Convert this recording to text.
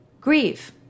grieve